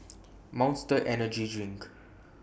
Monster Energy Drink